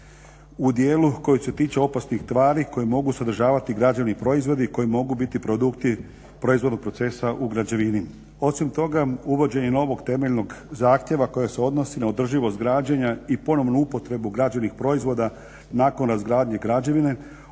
u dijelu koji se tiče opasnih tvari koje mogu sadržavati građevni proizvodi koji mogu biti produkti proizvodnog procesa u građevini. Osim toga, uvođenje novog temeljnog zahtjeva koje se odnosi na održivost građenja i ponovnu upotrebu građevnih proizvoda nakon razgradnje građevine